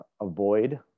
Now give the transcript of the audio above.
avoid